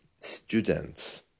students